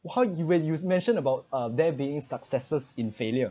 how you really use mentioned about uh they're being successes in failure